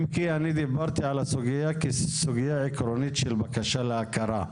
אם כי אני דיברתי על הסוגיה כסוגיה עקרונית של בקשה להכרה.